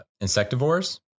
insectivores